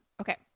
okay